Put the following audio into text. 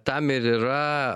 tam ir yra